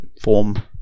form